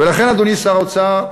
ולכן, אדוני שר האוצר,